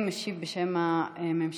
משיב בשם הממשלה